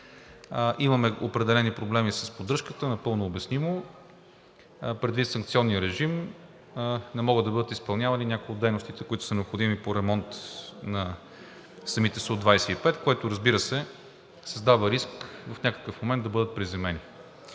имаме определени проблеми с поддръжката, напълно обяснимо, предвид санкционния режим не могат да бъдат изпълнявани няколко от дейностите, които са необходими по ремонта на самите Су-25, което, разбира се, създава риск в някакъв момент да бъдат приземени.